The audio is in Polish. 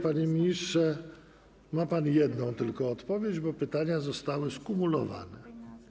Panie ministrze, ma pan jedną tylko odpowiedź, bo pytania zostały skumulowane.